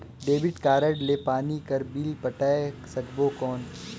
Debit card ले पानी कर बिल पटाय सकबो कौन?